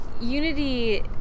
Unity